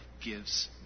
gives